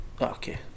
Okay